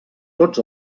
tots